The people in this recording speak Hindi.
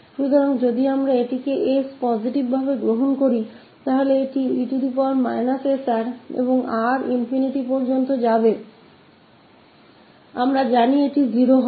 तो अगर हम इस s को पॉजिटिव लेते हैं तब यह 𝑒−𝑠𝑅 और R से ∞ तक हम जानते हैं कि यह 0 होगा